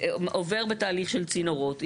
עובר בתהליך של צינורות,